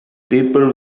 people